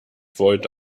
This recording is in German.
volt